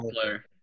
player